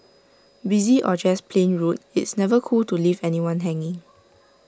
busy or just plain rude it's never cool to leave anyone hanging